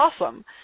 awesome